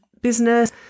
business